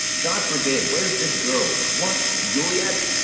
god forbid! where's this girl? what, juliet!